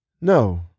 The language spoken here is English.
No